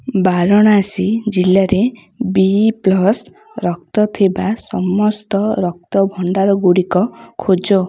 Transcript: ବାରଣାସୀ ଜିଲ୍ଲାରେ B plus ରକ୍ତ ଥିବା ସମସ୍ତ ରକ୍ତଭଣ୍ଡାର ଗୁଡ଼ିକ ଖୋଜ